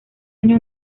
año